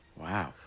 Wow